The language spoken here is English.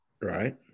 Right